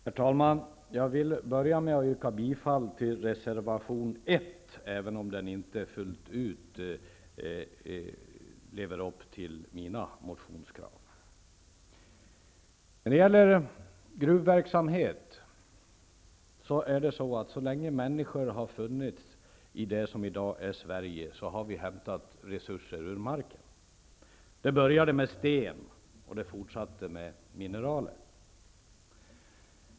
Herr talman! Jag vill börja med att yrka bifall till reservation 1, även om den inte fullt ut lever upp till mina motionskrav. När det gäller gruvverksamhet har vi, så länge människor har funnits i det som i dag är Sverige, hämtat resurser ur marken. Det började med sten, och det fortsatte med mineral.